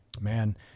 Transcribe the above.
Man